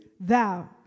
Thou